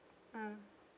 mm